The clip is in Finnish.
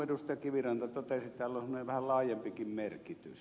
kiviranta totesi semmoinen vähän laajempikin merkitys